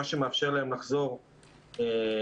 מה שמאפשר להם לחזור לפעולה.